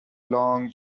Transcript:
long